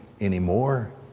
anymore